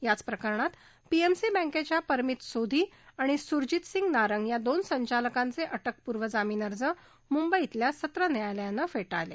याच प्रकरणात पीएमसी बँकेच्या परमीत सोधी आणि सुरजितसिंग नारंग या दोन संचालकांचे अ क्रिपूर्व जामीन अर्ज मुंबईतल्या सत्र न्यायालयानं फेठळले